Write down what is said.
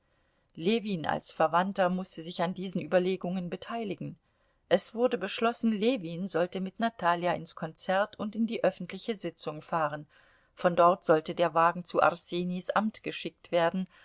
ljewin als verwandter mußte sich an diesen überlegungen beteiligen es wurde beschlossen ljewin sollte mit natalja ins konzert und in die öffentliche sitzung fahren von dort sollte der wagen zu arsenis amt geschickt werden